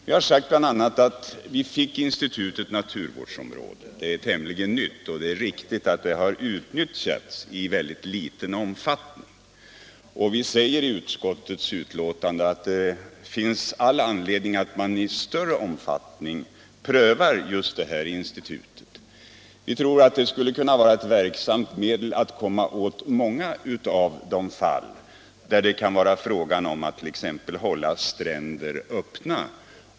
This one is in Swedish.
Vi har fått institutet naturvårdsområde. Det är tämligen nytt. Det är riktigt att det har utnyttjats i mycket liten omfattning. Vi säger i utskottets betänkande att det finns all anledning att man i större omfattning prövar det. Vi tror att det skulle kunna vara ett verksamt medel i många av de fall där det gäller att exempelvis hålla stränder öppna.